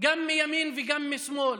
גם מימין וגם משמאל,